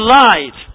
lied